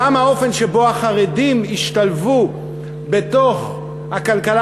גם האופן שבו החרדים ישתלבו בתוך הכלכלה